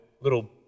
Little